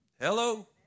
Hello